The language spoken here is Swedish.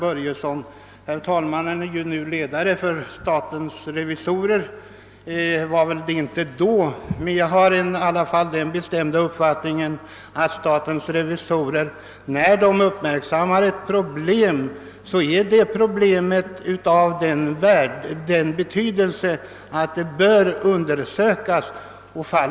Herr förste vice talmannen är ju nu ledare för statsrevisorerna. Jag har den bestämda uppfattningen att när statsrevisorerna uppmärksammar en fråga, så gäller det ett problem av sådan betydelse att det bör undersökas.